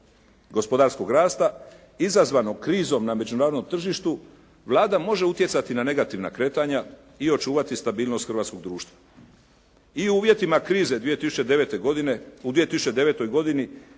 gospodarskog rasta izazvanog krizom na međunarodnom tržištu Vlada može utjecati na negativna kretanja i očuvati stabilnost hrvatskog društva. I u uvjetima krize 2009. godine